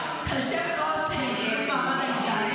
כולם יודעים --- את יושבת-ראש הוועדה לקידום מעמד האישה,